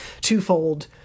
twofold